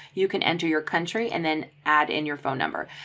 you can enter your country and then add in your phone number.